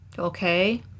Okay